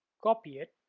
copy it,